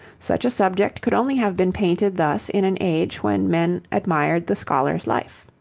such a subject could only have been painted thus in an age when men admired the scholar's life.